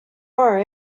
are